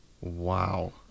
Wow